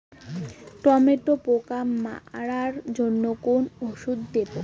টমেটোর পোকা মারার জন্য কোন ওষুধ দেব?